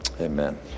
Amen